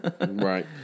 Right